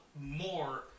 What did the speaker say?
more